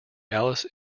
alice